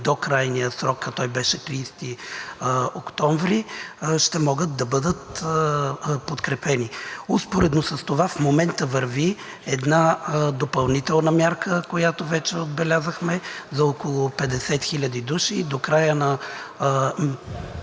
до крайния срок, а той беше до 30 октомври, ще могат да бъдат подкрепени. Успоредно с това в момента върви една допълнителна мярка, която вече отбелязахме, за около 50 хиляди души и до края на